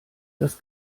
das